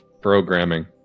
programming